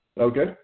Okay